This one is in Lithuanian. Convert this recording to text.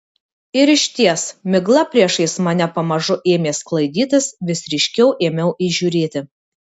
ir išties migla priešais mane pamažu ėmė sklaidytis vis ryškiau ėmiau įžiūrėti